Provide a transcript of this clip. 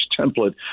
template